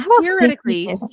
theoretically